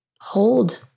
hold